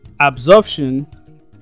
Absorption